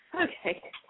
Okay